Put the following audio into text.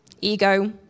ego